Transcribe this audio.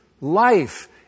life